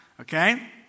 okay